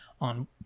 on